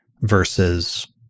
Versus